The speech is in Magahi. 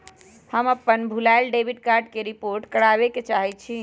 हम अपन भूलायल डेबिट कार्ड के रिपोर्ट करावे के चाहई छी